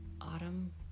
Autumn